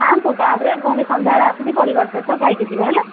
ଖାଆନ୍ତୁ ତାପରେ ପୁଣି ସନ୍ଧ୍ୟାବେଳେ ଆସିକି ପରିବାର ସହିତ ଖାଇକି ଯିବେ ହେଲା